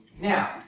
now